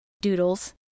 doodles